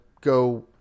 go